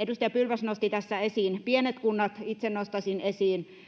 Edustaja Pylväs nosti tässä esiin pienet kunnat. Itse nostaisin esiin